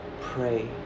pray